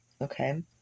Okay